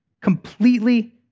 completely